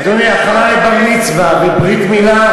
אדוני, הכנה לבר-מצווה וברית מילה,